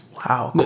wow!